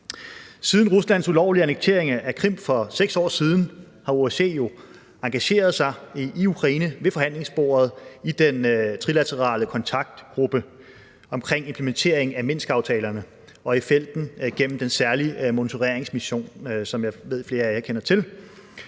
Siden Ruslands ulovlige annektering af Krim for 6 år siden, har OSCE jo engageret sig i Ukraine ved forhandlingsbordet i den trilaterale kontaktgruppe omkring implementering af Minskaftalen og i felten gennem den særlige monitoreringsmission, som jeg ved at flere af jer kender til.